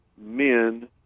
men